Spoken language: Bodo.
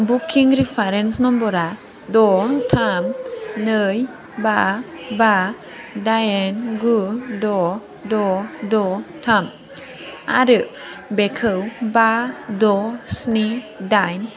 बुकिं रिफारेन्स नम्बरा द' थाम नै बा बा दाइन गु द' द' द' थाम आरो बेखौ बा द' स्नि दाइन